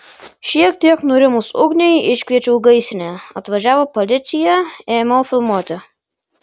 šiek tiek nurimus ugniai iškviečiau gaisrinę atvažiavo policija ėmiau filmuoti